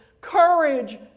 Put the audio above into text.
courage